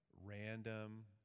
random